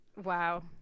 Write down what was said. Wow